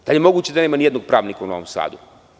Da li je moguće da nema ni jednog pravnika u Novom Sadu?